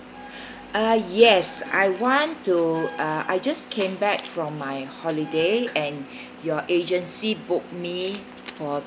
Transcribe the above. uh yes I want to do uh I just came back from my holiday and your agency book me for